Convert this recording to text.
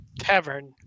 tavern